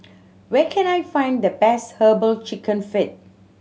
where can I find the best Herbal Chicken Feet